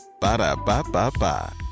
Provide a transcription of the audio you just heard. Ba-da-ba-ba-ba